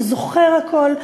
הוא זוכר הכול.